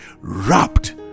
wrapped